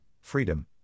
freedom